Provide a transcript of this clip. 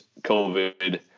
COVID